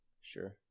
sure